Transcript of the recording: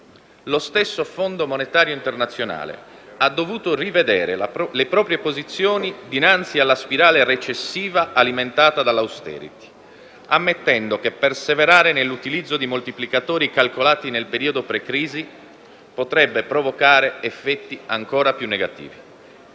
Lo stesso Fondo monetario internazionale ha dovuto rivedere le proprie posizioni dinanzi alla spirale recessiva alimentata dall'*austerity*, ammettendo che perseverare nell'utilizzo di moltiplicatori calcolati nel periodo precrisi potrebbe provocare effetti ancora più negativi.